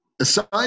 aside